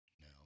No